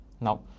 Now